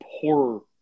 poor